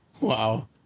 Wow